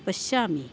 पश्यामि